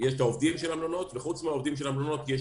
העובדים של המלונות, וחוץ מהעובדים של המלונות יש